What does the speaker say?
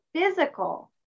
physical